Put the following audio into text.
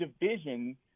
division